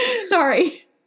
sorry